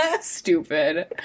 Stupid